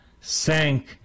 sank